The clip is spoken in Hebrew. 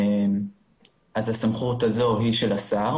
אז הסמכות הזו היא של השר.